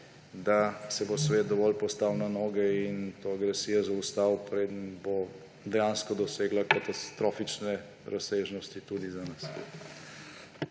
da se bo svet dovolj postavil na noge in to agresijo zaustavil, preden bo dejansko dosegla katastrofične razsežnosti tudi za nas.